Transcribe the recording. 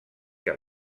que